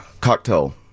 cocktail